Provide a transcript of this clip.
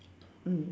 mm